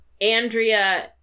Andrea